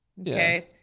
Okay